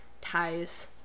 ties